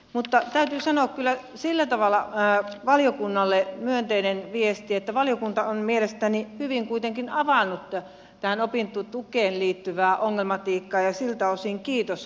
mutta täytyy sanoa kyllä sillä tavalla valiokunnalle myönteinen viesti että valiokunta on mielestäni hyvin kuitenkin avannut tähän opintotukeen liittyvää ongelmatiikkaa ja siltä osin kiitos valiokunnalle